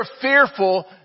fearful